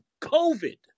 COVID